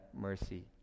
mercy